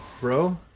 Bro